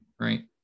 right